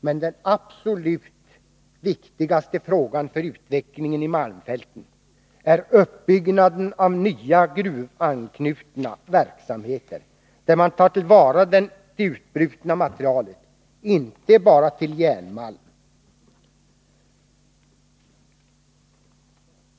Men den absolut viktigaste frågan för utvecklingen i malmfälten är uppbyggnaden av nya gruvanknutna verksamheter, där man tar till vara det utbrutna materialet, inte bara till järnmalm.